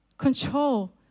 control